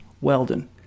Weldon